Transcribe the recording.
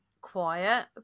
quiet